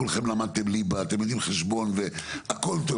כולכם למדתם ליבה, אתם יודעים חשבון, ויודעים